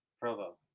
Provo